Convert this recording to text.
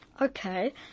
Okay